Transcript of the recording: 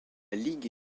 ligue